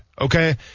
Okay